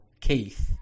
Keith